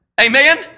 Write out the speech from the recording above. Amen